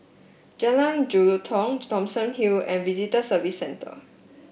Jalan Jelutong Thomson Hill and Visitor Services Centre